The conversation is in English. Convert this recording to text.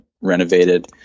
renovated